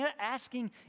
asking